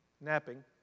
napping